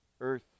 earth